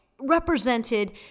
represented